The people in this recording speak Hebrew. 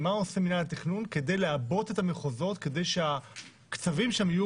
מינהל התכנון כדי לעבות את המחוזות על מנת שהקצב שם יהיה